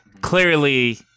Clearly